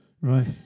right